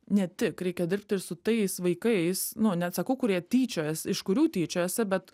ne tik reikia dirbti ir su tais vaikais nu neatsakau kurie tyčiojasi iš kurių tyčiojosi bet